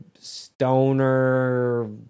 stoner